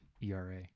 ERA